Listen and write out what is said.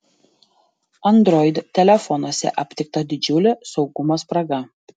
android telefonuose aptikta didžiulė saugumo spraga